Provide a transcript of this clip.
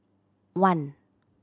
one